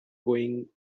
going